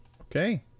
Okay